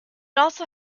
also